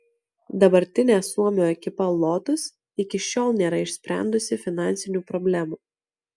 dabartinė suomio ekipa lotus iki šiol nėra išsprendusi finansinių problemų